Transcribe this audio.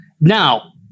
Now